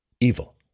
evil